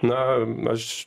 na aš